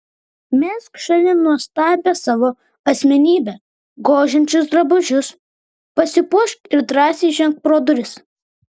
mesk šalin nuostabią tavo asmenybę gožiančius drabužius pasipuošk ir drąsiai ženk pro duris